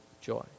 joy